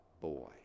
boy